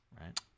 Right